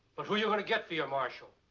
but who are you going to get for your marshal?